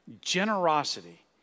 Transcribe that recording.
generosity